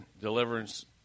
deliverance